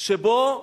שבו היום,